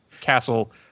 castle